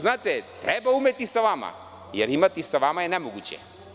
Znate, treba umeti sa vama, jer imati sa vama je nemoguće.